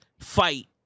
fight